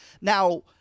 Now